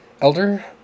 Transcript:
Elder